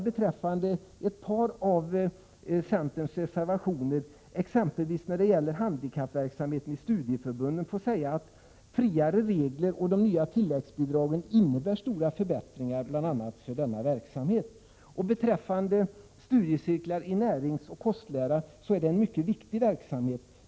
Beträffande ett par av centerns reservationer — exempelvis den som gäller handikappverksamhet i studieförbund — vill jag säga att de friare reglerna och det nya tilläggsbidraget innebär stora förbättringar för verksamheten. När det gäller studiecirklar i näringsoch kostlära är detta en mycket viktig verksamhet.